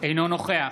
אינו נוכח